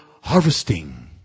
harvesting